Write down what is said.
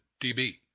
dB